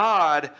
God